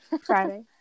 Friday